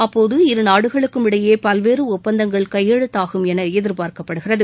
அப்போது இருநாடுகளுக்கும் இடையே பல்வேறு ஒப்பந்தங்கள் கையெழுத்தாகும் என எதிர்பார்க்கப்படுகிறது